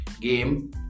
game